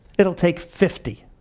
it'll take fifty.